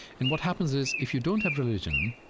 and what happens is, if you don't have religion,